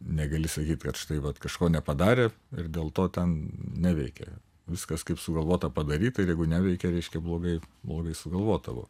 negali sakyt kad štai vat kažko nepadarė ir dėl to ten neveikė viskas kaip sugalvota padaryta ir jeigu neveikia reiškia blogai blogai sugalvodavo buvo